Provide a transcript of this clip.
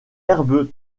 herbe